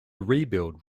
rebuild